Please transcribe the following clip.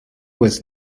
was